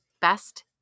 best